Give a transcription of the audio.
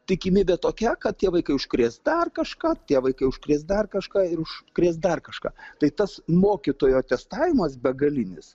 tikimybė tokia kad tie vaikai užkrės dar kažką tie vaikai užkrės dar kažką ir užkrės dar kažką tai tas mokytojo testavimas begalinis